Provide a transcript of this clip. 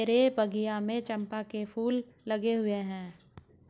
मेरे बगिया में चंपा के फूल लगे हुए हैं